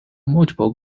multiple